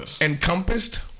encompassed